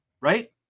right